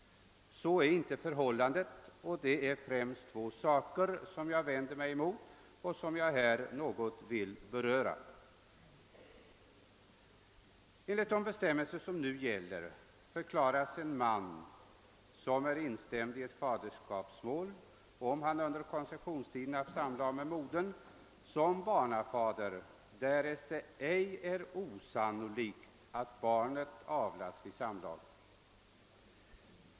Så är inte förhållandet. Det är främst två saker som jag vänder mig mot och som jag något vill beröra. Enligt de bestämmelser som nu gäller förklaras en man som är instämd i faderskapsmål som barnafar, om han under konceptionstiden haft samlag med modern, därest det ej är osannolikt att barnet avlats vid samlaget.